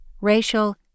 racial